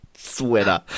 Sweater